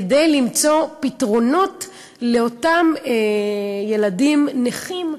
כדי למצוא פתרונות לאותם ילדים נכים,